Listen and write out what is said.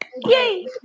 Yay